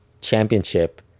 championship